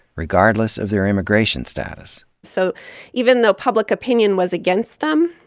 regardless of their immigration status. so even though public opinion was against them,